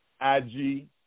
IG